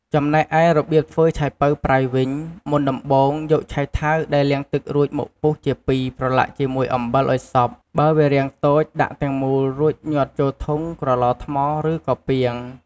ចំណែកឯរបៀបធ្វើឆៃប៉ូវប្រៃវិញ មុនដំបូងយកឆៃថាវដែលលាងទឹករួចមកពុះជាពីរប្រឡាក់ជាមួយអំបិលឱ្យសព្វ បើវារាងតូចដាក់ទាំងមូលរួចញាត់ចូលធុង ក្រឡថ្ម ឬក៏ពាង។